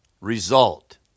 result